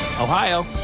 Ohio